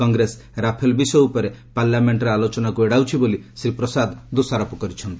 Congress Rafale ବିଷୟ ଉପରେ ପାର୍ଲାମେଣ୍ଟରେ ଆଲୋଚନାକୁ ଏଡ଼ାଉଛି ବୋଲି ଶ୍ରୀ ପ୍ରସାଦ ଦୋଷାରୋପ କରିଛନ୍ତି